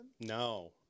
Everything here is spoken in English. No